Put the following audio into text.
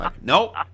Nope